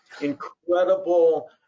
incredible